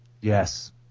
Yes